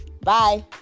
Bye